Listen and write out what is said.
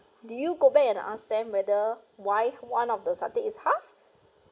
did you go back and ask them whether why one of the satay is half